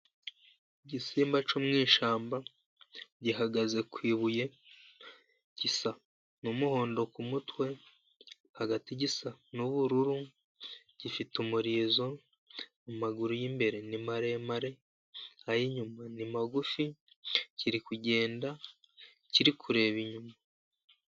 Igisimba cyo mu ishyamba gihagaze ku ibuye, gisa n'umuhondo ku mutwe, hagati gisa n'ubururu. Gifite umurizo, amaguru y'imbere ni maremare, ay'inyuma ni magufi, kiri kugenda kiri kureba inyuma.